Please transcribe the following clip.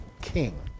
king